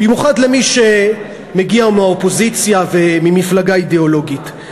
במיוחד למי שמגיע מהאופוזיציה וממפלגה אידיאולוגית.